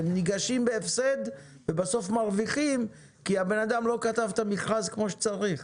הם ניגשים בהפסד ובסוף מרוויחים כי הבן אדם לא כתב את המכרז כמו שצריך.